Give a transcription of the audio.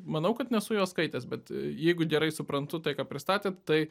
manau kad nesu jo skaitęs bet jeigu gerai suprantu tai ką pristatėt tai